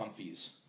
comfies